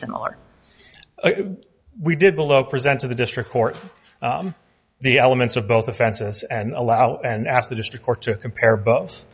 similar we did below present to the district court the elements of both offenses and allow and ask the district court to compare both